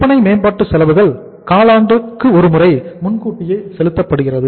விற்பனை மேம்பாட்டு செலவுகள் காலாண்டுக்கு ஒருமுறை முன்கூட்டியே செலுத்தப்படுகிறது